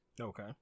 Okay